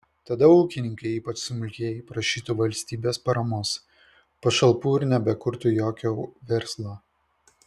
tada ūkininkai ypač smulkieji prašytų valstybės paramos pašalpų ir nebekurtų jokio verslo